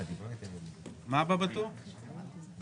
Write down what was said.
הפנייה כוללת תוכנית 290102,